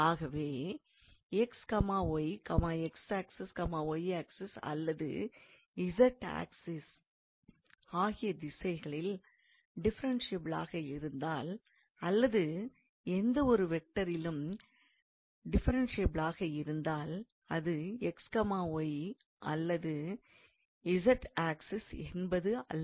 ஆகவே x y x axis y axis அல்லது z axis ஆகிய திசைகளில் டிஃப்ரென்ஷியபிளாக இருந்தால் அல்லது எந்த வெக்டாரிலும் டிஃப்ரென்ஷியபிளாக இருந்தால் அது x y or z axis என்பதல்ல